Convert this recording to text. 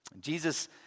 Jesus